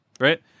Right